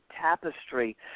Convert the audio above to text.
tapestry